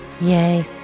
Yay